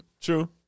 True